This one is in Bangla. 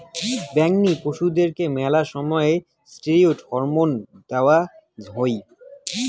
বেঙনি পশুদেরকে মেলা সময় ষ্টিরৈড হরমোন দেওয়া হই